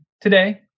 today